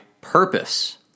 purpose